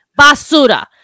basura